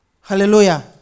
Hallelujah